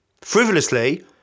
frivolously